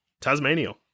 Tasmania